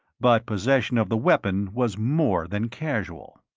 but possession of the weapon was more than casual.